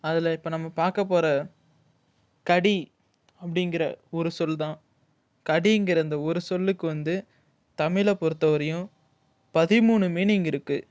அதில் இப்போ நம்ம பார்க்கப் போகற கடி அப்படிங்கிற ஒரு சொல் தான் கடிங்கிற இந்த ஒரு சொல்லுக்கு வந்து தமிழை பொறுத்த வரையும் பதிமூணு மீனிங் இருக்கு